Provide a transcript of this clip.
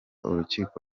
urukiko